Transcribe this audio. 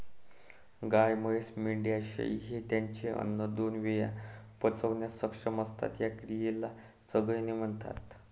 गाय, म्हैस, मेंढ्या, शेळी हे त्यांचे अन्न दोन वेळा पचवण्यास सक्षम असतात, या क्रियेला चघळणे म्हणतात